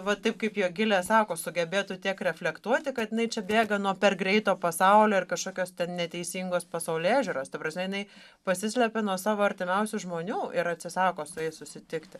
va taip kaip jogilė sako sugebėtų tiek reflektuoti kad jinai čia bėga nuo per greito pasaulio ar kažkokios neteisingos pasaulėžiūros ta prasme jinai pasislepia nuo savo artimiausių žmonių ir atsisako su jais susitikti